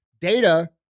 data